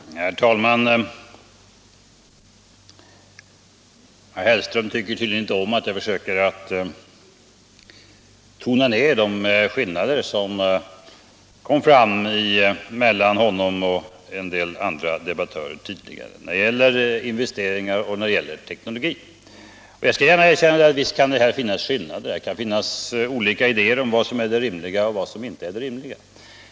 Herr talman! Herr Hellström tycker tydligen inte om att jag försöker tona ned de skillnader som kom fram mellan honom och en del andra debattörer tidigare när det gäller investeringar och teknologi. Jag skall gärna erkänna att visst kan det här finnas skillnader. Det kan finnas olika idéer om vad som är det rimliga och vad som inte är det rimliga.